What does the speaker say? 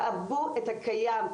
תעבו את הקיים,